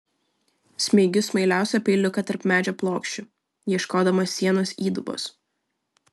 smeigiu smailiausią peiliuką tarp medžio plokščių ieškodama sienos įdubos